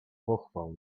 pochwał